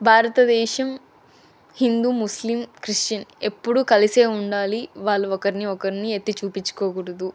భారతదేశం హిందూ ముస్లిం క్రిస్టియన్ ఎప్పుడూ కలిసే ఉండాలి వాళ్ళు ఒకరిని ఒకరిని ఎత్తి చూపించుకోకూడదు